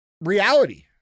reality